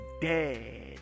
dead